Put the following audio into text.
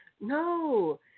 No